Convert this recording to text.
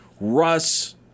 Russ